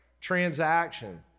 transaction